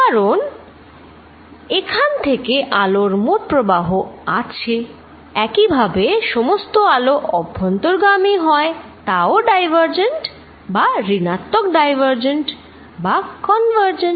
কারণ এখান থেকে আলোর মোট প্রবাহ আছে একইভাবে যদি সমস্ত আলো অভ্যন্তর্গামী হয় তা ও ডাইভারজেন্ট বা ঋণাত্মক ডাইভারজেন্ট বা কনভারজেন্ট